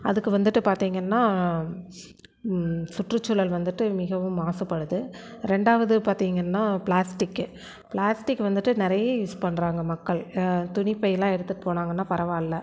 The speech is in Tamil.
அதுக்கு வந்துட்டு பார்த்திங்கன்னா சுற்றுச்சூழல் வந்துட்டு மிகவும் மாசுபடுது ரெண்டாவது பார்த்திங்கன்னா பிளாஸ்டிக்கு பிளாஸ்டிக் வந்துட்டு நிறைய யூஸ் பண்ணுறாங்க மக்கள் துணி பையெலாம் எடுத்துகிட்டு போனாங்கனால் பரவாயில்லை